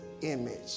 image